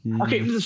Okay